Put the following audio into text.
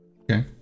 Okay